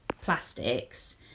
plastics